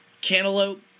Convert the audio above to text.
cantaloupe